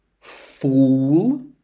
fool